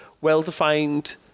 well-defined